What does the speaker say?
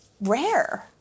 rare